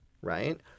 Right